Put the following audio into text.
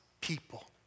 people